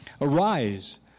Arise